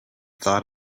thought